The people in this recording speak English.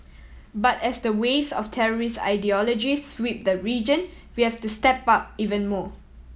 but as the waves of terrorist ideology sweep the region we have to step up even more